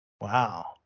wow